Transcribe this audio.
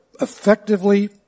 effectively